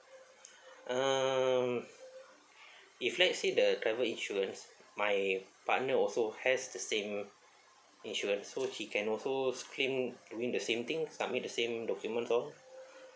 um if let's say the travel insurance my partner also has the same insurance so she can also claim I mean the same thing submit the same documents all